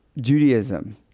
Judaism